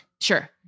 sure